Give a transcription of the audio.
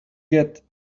get